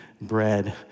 bread